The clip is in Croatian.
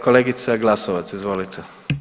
Kolegica Glasovac, izvolite.